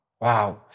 Wow